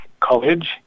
College